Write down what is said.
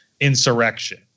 insurrection